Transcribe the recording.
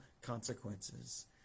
consequences